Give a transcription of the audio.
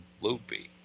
loopy